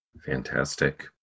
Fantastic